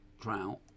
drought